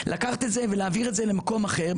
לקחת את זה ולהעביר את זה למקום אחר,